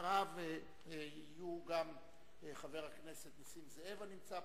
אחריו יהיו חברי הכנסת נסים זאב, הנמצא פה,